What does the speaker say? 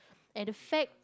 and the fact